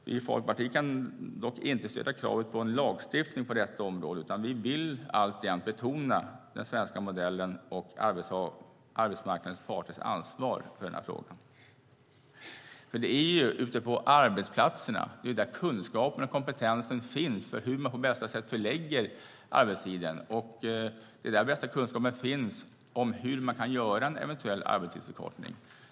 Vi i Folkpartiet kan dock inte stödja kravet på lagstiftning på detta område, utan vill alltjämt betona den svenska modellen och arbetsmarknadens parters ansvar för denna fråga. Det är ju ute på arbetsplatserna kunskapen och kompetensen finns när det gäller hur man på bästa sätt förlägger arbetstiden. Det är där den bästa kunskapen finns om hur man kan göra en eventuell arbetstidsförkortning.